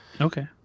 Okay